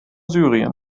syrien